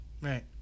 Right